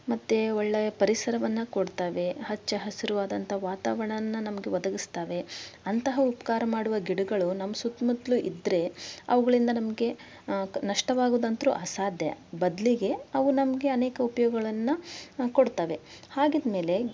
ಮತ್ತೆ ಒಳ್ಳೆ ಪರಿಸರವನ್ನು ಕೊಡ್ತವೆ ಹಚ್ಚ ಹಸಿರಾದಂಥ ವಾತವರಣಾನ ನಮಗೆ ಒದಗಿಸ್ತಾವೆ ಅಂತಹ ಉಪಕಾರ ಮಾಡುವ ಗಿಡಗಳು ನಮ್ಮ ಸುತ್ತ ಮುತ್ತಲೂ ಇದ್ರೆ ಅವುಗಳಿಂದ ನಮಗೆ ನಷ್ಟವಾಗೋದಂತು ಅಸಾಧ್ಯ ಬದಲಿಗೆ ಅವು ನಮಗೆ ಅನೇಕ ಉಪಯೋಗಗಳನ್ನು ಕೊಡ್ತವೆ ಹಾಗಿದ್ಮೇಲೆ